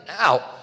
Now